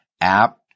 app